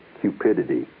cupidity